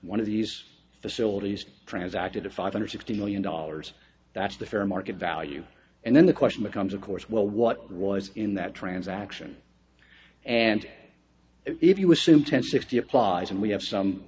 one of these facilities transacted a five hundred fifty million dollars that's the fair market value and then the question becomes of course well what was in that transaction and if you assume ten sixty applies and we have some